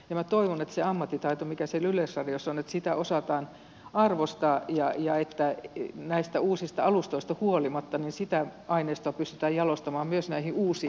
minä toivon että sitä ammattitaitoa mikä siellä yleisradiossa on osataan arvostaa ja että näistä uusista alustoista huolimatta sitä aineistoa pystytään jalostamaan myös näihin uusiin jakelukanaviin